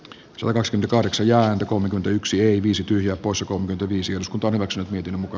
turs kahdeksan ja ääntä kolmekymmentäyksi ei syty leo pusa kommentoi viisi osku torrokset miten muka